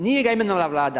Nije ga imenovala Vlada.